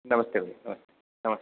नमस्ते भैया नमस्ते नमस्ते